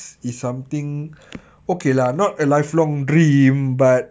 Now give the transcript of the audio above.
ya working overseas is something okay lah not a lifelong dream but